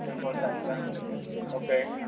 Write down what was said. ए four size का okay